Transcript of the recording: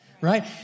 right